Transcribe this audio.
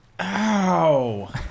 Ow